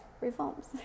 reforms